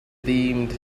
themed